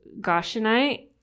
goshenite